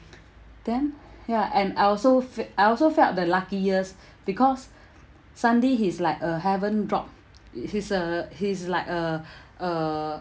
then ya and I also f~ I also felt the luckiest because suddenly he's like a heaven drop he's uh he's like uh uh